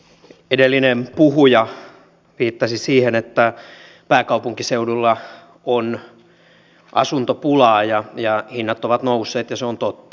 edellinen puhuja viittasi siihen että pääkaupunkiseudulla on asuntopulaa ja hinnat ovat nousseet ja se on totta